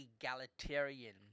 egalitarian